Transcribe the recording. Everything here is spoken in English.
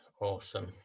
awesome